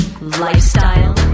lifestyle